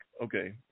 Okay